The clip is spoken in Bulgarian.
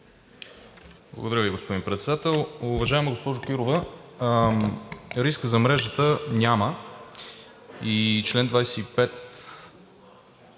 Благодаря Ви, господин Председател. Уважаема госпожо Кирова, риск за мрежата няма. Член 25а,